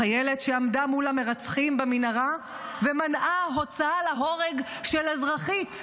על החיילת שעמדה מול המרצחים במנהרה ומנעה הוצאה להורג של אזרחית,